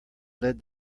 led